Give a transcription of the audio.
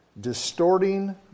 Distorting